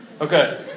Okay